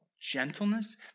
Gentleness